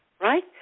Right